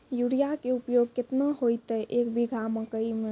Urea के उपयोग केतना होइतै, एक बीघा मकई मे?